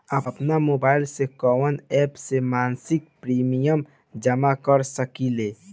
आपनमोबाइल में कवन एप से मासिक प्रिमियम जमा कर सकिले?